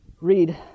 read